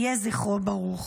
יהיה זכרו ברוך.